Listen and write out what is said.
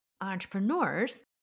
entrepreneurs